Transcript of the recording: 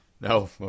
No